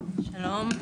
שלום,